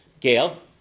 Gail